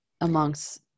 amongst